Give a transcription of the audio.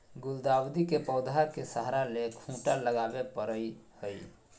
गुलदाऊदी के पौधा के सहारा ले खूंटा लगावे परई हई